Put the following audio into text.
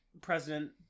president